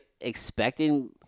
expecting